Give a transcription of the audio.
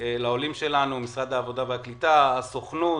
לעולים שלנו, משרד העלייה והקליטה, הסוכנות,